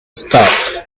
staff